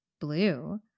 blue